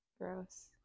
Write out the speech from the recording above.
Gross